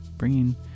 bringing